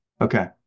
Okay